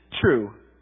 true